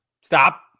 Stop